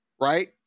right